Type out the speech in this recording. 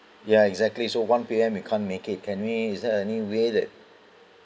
ya exactly so one P_M we can't make it can we is there any way that